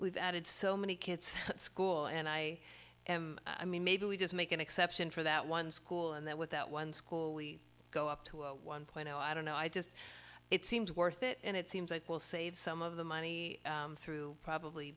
we've added so many kids at school and i am i mean maybe we just make an exception for that one school and that with that one school we go up to one point i don't know i just it seems worth it and it seems like we'll save some of the money through probably